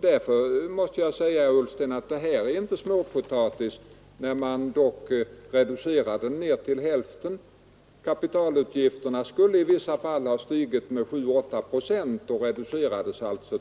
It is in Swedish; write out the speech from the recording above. Det är verkligen inte småpotatis, herr Ullsten, när man reducerar kapitalutgifterna till hälften. De skulle i vissa fall ha stigit med 7—8 procent, men ökningen reducerades